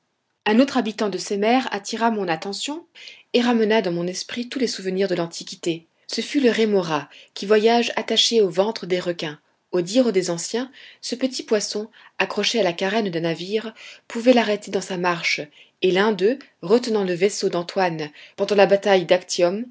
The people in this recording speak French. un autre habitant de ces mers attira mon attention et ramena dans mon esprit tous les souvenirs de l'antiquité ce fut le rémora qui voyage attaché au ventre des requins au dire des anciens ce petit poisson accroché à la carène d'un navire pouvait l'arrêter dans sa marche et l'un d'eux retenant le vaisseau d'antoine pendant la bataille d'actium